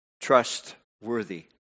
trustworthy